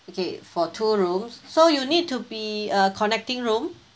okay for two rooms so you need to be uh connecting room